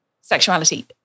sexuality